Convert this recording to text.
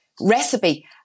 recipe